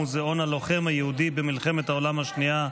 מוזיאון הלוחם היהודי במלחמת העולם השנייה,